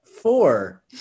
four